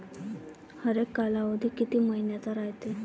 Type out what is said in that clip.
हरेक कालावधी किती मइन्याचा रायते?